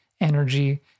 energy